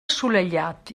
assolellat